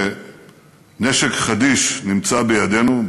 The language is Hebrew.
כשנשק חדיש נמצא בידינו,